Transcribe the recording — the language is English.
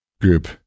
group